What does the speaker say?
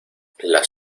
las